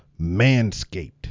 Manscaped